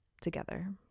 together